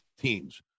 teams